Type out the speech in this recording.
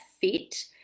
fit